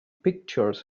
pictures